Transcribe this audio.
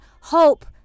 hope